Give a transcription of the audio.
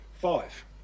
Five